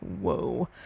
whoa